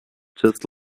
just